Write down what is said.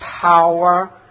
power